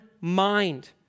mind